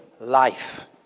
life